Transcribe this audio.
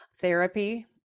therapy